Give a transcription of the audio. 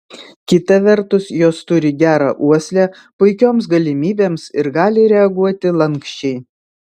kita vertus jos turi gerą uoslę puikioms galimybėms ir gali reaguoti lanksčiai